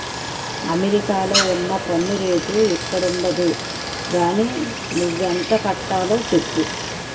అమెరికాలో ఉన్న పన్ను రేటు ఇక్కడుండదు గానీ నువ్వెంత కట్టాలో చెప్పు